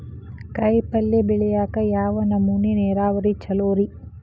ಕಾಯಿಪಲ್ಯ ಬೆಳಿಯಾಕ ಯಾವ್ ನಮೂನಿ ನೇರಾವರಿ ಛಲೋ ರಿ?